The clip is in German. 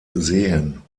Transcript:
sehen